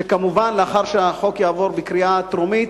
שלאחר שהחוק יעבור בקריאה טרומית,